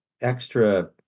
extra